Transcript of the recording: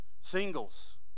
singles